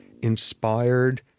inspired